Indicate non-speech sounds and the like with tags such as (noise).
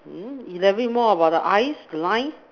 (noise) elaborate more about the eyes the line